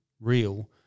real